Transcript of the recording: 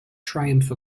triumph